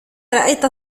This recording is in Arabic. رأيت